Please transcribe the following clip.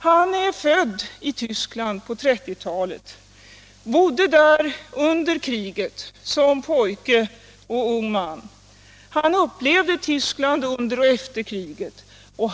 Han är född i Tyskland på 1930-talet, han bodde där under kriget som pojke och ung man, och han upplevde Tyskland under och efter kriget.